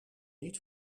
niet